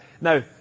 Now